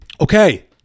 Okay